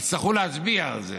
שיצטרכו להצביע על זה.